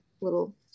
little